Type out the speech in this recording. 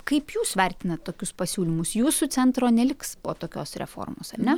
kaip jūs vertinat tokius pasiūlymus jūsų centro neliks po tokios reformos ar ne